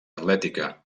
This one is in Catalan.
atlètica